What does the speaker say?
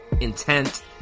intent